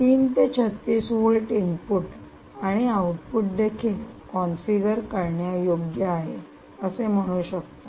3 ते 36 volt input आणि output देखील कॉन्फिगर करण्यायोग्य आहे असे म्हणू शकता